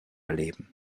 erleben